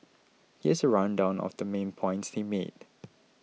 here's a rundown of the main points he made